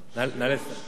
כל יום חמישי,